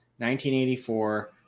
1984